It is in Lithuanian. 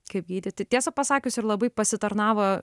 kaip gydyti tiesą pasakius ir labai pasitarnavo